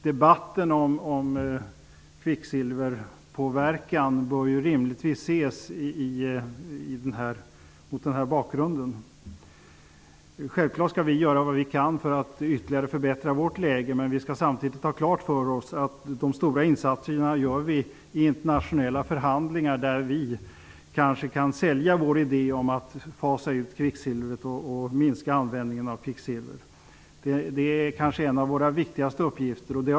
Debatten om kvicksilverpåverkan bör rimligtvis ses mot den bakgrunden. Vi skall självfallet göra vad vi kan för att ytterligare förbättra vårt läge, men vi skall samtidigt ha klart för oss att vi gör de stora insatserna i internationella förhandlingar, där vi kanske kan sälja vår idé om att fasa ut kvicksilvret och minska användningen. Det är kanske en av våra viktigaste uppgifter.